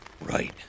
Right